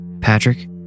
Patrick